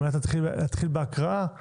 נתחיל בהקראה בנוסף,